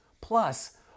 Plus